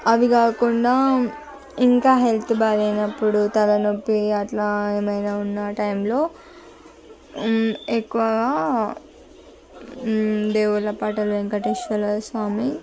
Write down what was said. అది కాకుండా ఇంకా హెల్త్ బాగోలేనప్పుడు తలనొప్పి అట్లా ఏమైనా ఉన్న టైంలో ఎక్కువగా దేవుళ్ళ పాటలు వెంకటేశ్వర స్వామి